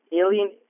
alien